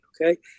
Okay